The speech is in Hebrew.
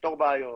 לפתור בעיות,